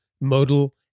Modal